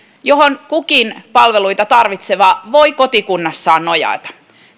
johon kukin palveluita tarvitseva voi kotikunnassaan nojata